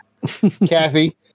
Kathy